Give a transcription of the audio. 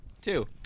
Two